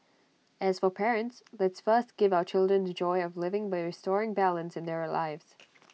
as for parents let's first give our children the joy of living by restoring balance in their lives